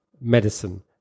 medicine